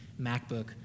MacBook